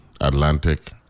Atlantic